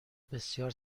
بسیار